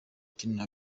ukina